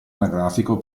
anagrafico